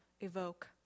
evoke